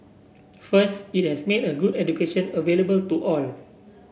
first it has made a good education available to all